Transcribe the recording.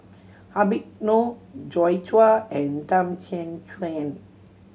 Habib Noh Joi Chua and Tham